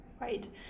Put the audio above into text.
Right